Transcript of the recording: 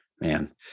Man